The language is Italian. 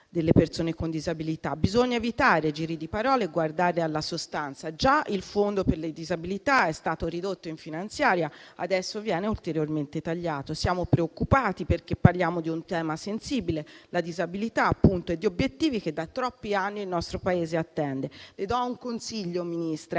delle persone con disabilità. Bisogna evitare giri di parole e guardare alla sostanza. Già il fondo per le disabilità è stato ridotto in legge di bilancio; adesso viene ulteriormente tagliato. Siamo preoccupati, perché parliamo di un tema sensibile, la disabilità, appunto, e di obiettivi che da troppi anni il nostro Paese attende. Le do un consiglio, signora